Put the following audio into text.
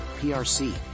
PRC